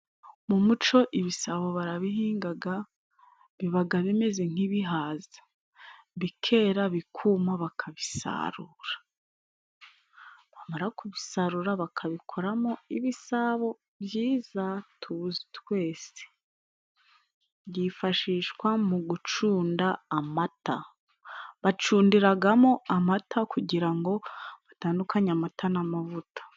Mu muco, ibisabo barabihingaga, bibaga bimeze nk'ibihaza. Bikera, bikuma, bakabisarura. Bamara kubisarura bakabikora mo ibisabo byiza tuzi twese. Byifashishwa mu gucunda amata. Bacundiraga mo amata kugira ngo, batandu amata n'amavuta.